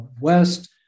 West